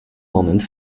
moment